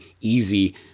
easy